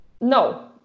no